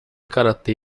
karatê